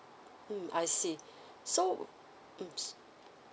mm I see so mm